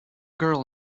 girl